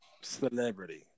celebrity